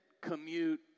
commute